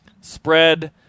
spread